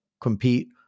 compete